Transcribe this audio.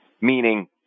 meaning